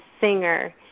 singer